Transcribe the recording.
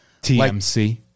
TMC